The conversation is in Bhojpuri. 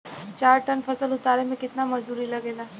चार टन फसल उतारे में कितना मजदूरी लागेला?